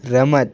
રમત